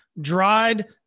dried